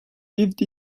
lived